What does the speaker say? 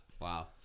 Wow